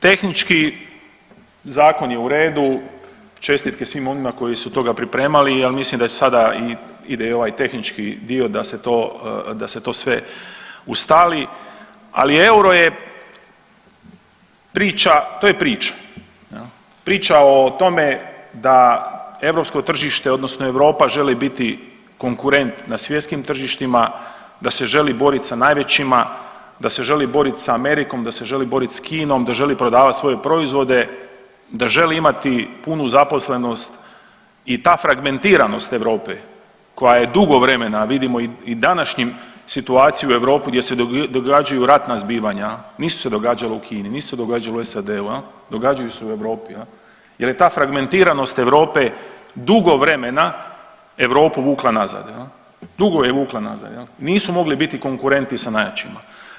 Tehnički zakon je u redu, čestitke svima onima koji su toga pripremili, ja mislim da sada ide i ovaj tehnički dio da se to sve ustali, ali euro je priča, to je priča, priča o tome da europsko tržište odnosno Europa želi biti konkurent na svjetskim tržištima, da se želi boriti sa najvećima, da se želi boriti sa Amerikom, da se želi borit s Kinom, da želi prodavat svoje proizvode, da želi imati punu zaposlenost i ta fragmentiranost Europe koja je dugo vremena, vidimo i današnjim situaciju u Europi gdje se događaju ratna zbivanja, nisu se događala u Kini, nisu se događala u SAD-u, događaju se u Europi jel je ta fragmentiranost Europe dugo vremena Europu vukla nazad, dugo ju je vukla nazad, nisu mogli biti konkurentni sa najjačima.